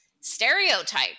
stereotype